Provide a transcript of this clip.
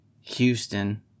Houston